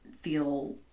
feel